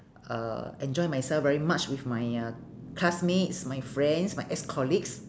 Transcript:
uh enjoy myself very much with my uh classmates my friends my ex colleagues